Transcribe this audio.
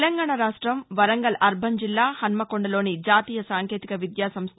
తెలంగాణ రాష్టం వరంగల్ అర్బన్ జిల్లా హన్మకొండలోని జాతీయ సాంకేతిక విద్యా సంస్థ